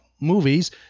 movies